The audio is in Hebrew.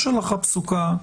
יש הלכה פסוקה,